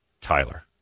Tyler